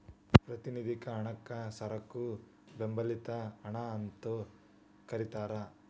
ಪ್ರಾತಿನಿಧಿಕ ಹಣಕ್ಕ ಸರಕು ಬೆಂಬಲಿತ ಹಣ ಅಂತೂ ಕರಿತಾರ